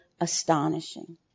astonishing